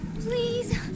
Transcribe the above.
Please